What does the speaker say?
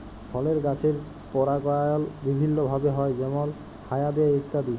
ফলের গাছের পরাগায়ল বিভিল্য ভাবে হ্যয় যেমল হায়া দিয়ে ইত্যাদি